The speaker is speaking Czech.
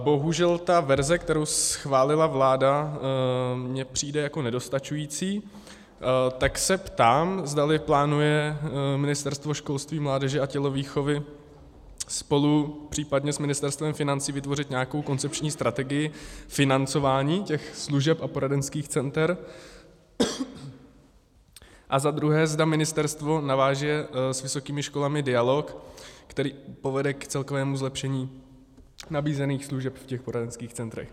Bohužel ta verze, kterou schválila vláda, mi přijde jako nedostačující, tak se ptám, zdali plánuje Ministerstvo školství, mládeže a tělovýchovy spolu případně s Ministerstvem financí vytvořit nějakou koncepční strategii financování těch služeb a poradenských center a za druhé, zda ministerstvo naváže s vysokými školami dialog, který povede k celkovému zlepšení nabízených služeb v poradenských centrech.